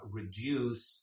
reduce